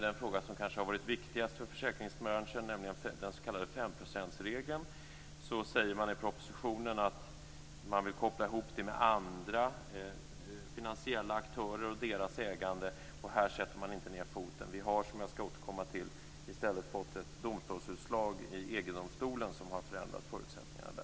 Den fråga som kanske har varit viktigast för försäkringsbranschen är den s.k. femprocentsregeln. I propositionen säger man att man vill koppla ihop den med andra finansiella aktörer och deras ägande och att här sätter man inte ned foten. Vi har, som jag skall återkomma till, i stället fått ett domstolsutslag i EG domstolen som har förändrat förutsättningarna.